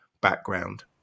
background